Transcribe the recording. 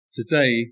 today